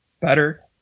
better